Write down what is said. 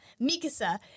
Mikasa